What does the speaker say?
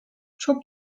çok